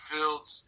Fields